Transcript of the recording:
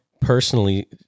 personally